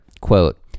quote